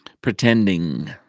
Pretending